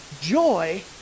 joy